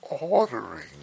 ordering